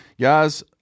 Guys